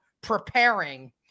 preparing